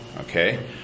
Okay